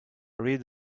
read